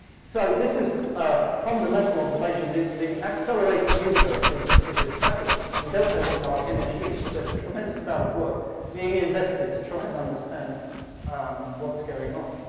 so this is a fundamental observation. the the accelerating universe is is established. we don't know what dark energy is, but there's a tremendous amount of work being invested to try and understand what's going on.